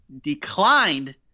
declined